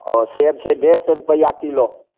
आओर सेब छै डेढ़ सए रुपैआ किलो